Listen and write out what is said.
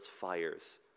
fires